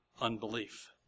unbelief